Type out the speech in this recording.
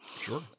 Sure